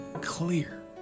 clear